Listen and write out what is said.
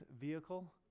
vehicle